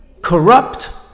corrupt